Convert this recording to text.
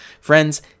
Friends